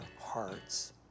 hearts